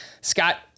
Scott